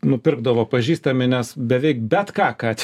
nupirkdavo pažįstami nes beveik bet ką ką